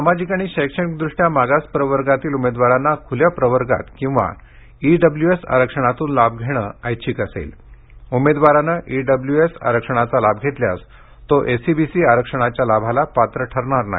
सामाजिक आणि शैक्षणिकदृष्ट्या मागास प्रवर्गातील उमेदवारांना खुल्या प्रवर्गात किंवा ईडब्ल्यूएस आरक्षणातून लाभ घेणे ऐच्छिक असेल उमेदवाराने ईडब्ल्यूएस आरक्षणाचा लाभ घेतल्यास तो एसईबीसी आरक्षणाच्या लाभास पात्र ठरणार नाही